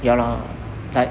ya lah like